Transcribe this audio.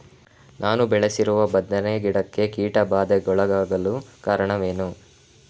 ನಾನು ಬೆಳೆಸಿರುವ ಬದನೆ ಗಿಡಕ್ಕೆ ಕೀಟಬಾಧೆಗೊಳಗಾಗಲು ಕಾರಣವೇನು?